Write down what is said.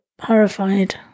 horrified